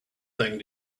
thing